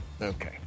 okay